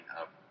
up